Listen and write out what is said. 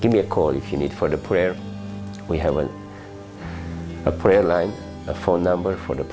give me a call if you need for the prayer we have and a prayer line a phone number for the